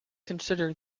consider